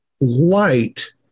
light